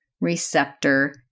receptor